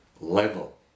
level